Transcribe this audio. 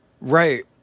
Right